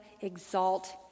exalt